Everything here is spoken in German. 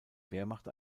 wehrmacht